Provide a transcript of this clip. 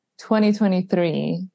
2023